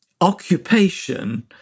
occupation